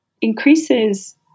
increases